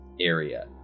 area